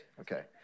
Okay